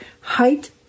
Height